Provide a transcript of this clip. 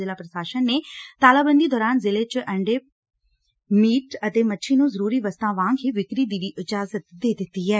ਜ਼ਿਲ੍ਹਾ ਪ੍ਸ਼ਾਸਨ ਨੇ ਤਾਲਾਬੰਦੀ ਦੌਰਾਨ ਜ਼ਿਲ੍ਹੇ ਵਿੱਚ ਅੰਡੇ ਪੋਲਟਰੀ ਮੀਟ ਮੀਟ ਅਤੇ ਮੱਛੀ ਨੂੰ ਜ਼ਰੂਰੀ ਵਸਤਾਂ ਵਾਂਗ ਹੀ ਵਿਕਰੀ ਦੀ ਵੀ ਇਜਾਜ਼ਤ ਦੇ ਦਿੱਤੀ ਐ